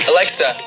Alexa